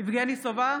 יבגני סובה,